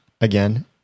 again